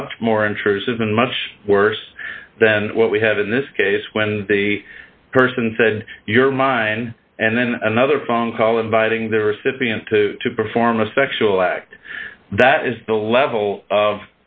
much more intrusive and much worse than what we had in this case when the person said you're mine and then another phone call inviting the recipient to perform a sexual act that is the level of